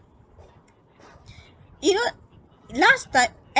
you know last time and